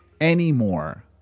anymore